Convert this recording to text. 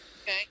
Okay